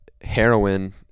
heroin